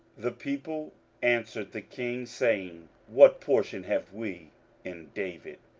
the people answered the king, saying, what portion have we in david?